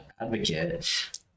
advocate